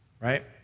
Right